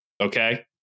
okay